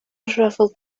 rhyfel